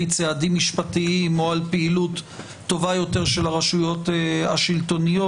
צעדים משפטיים או בפעילות טובה יותר של הרשויות השלטוניות.